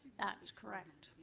that's correct.